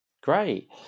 Great